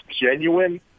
genuine